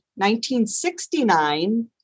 1969